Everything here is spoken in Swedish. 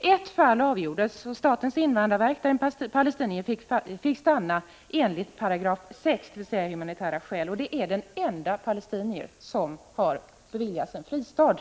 I ett fall som avgjordes av statens invandrarverk fick en palestinier stanna enligt 68, dvs. av humanitära skäl. Det är den enda palestinier som beviljats en fristad